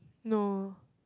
no